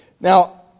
Now